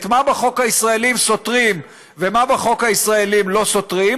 את מה בחוק הישראלי הם סותרים ומה בחוק הישראלי הם לא סותרים